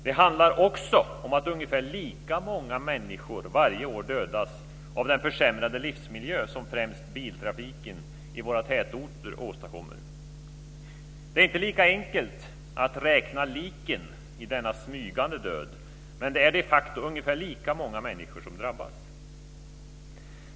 Det handlar också om att ungefär lika många människor varje år dödas av den försämrade livsmiljö som främst biltrafiken i våra tätorter åstadkommer. Det är inte lika enkelt att räkna liken i denna smygande död, men det är de facto ungefär lika många människor som drabbas.